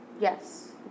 Yes